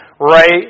right